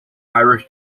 irish